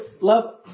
love